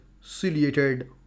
ciliated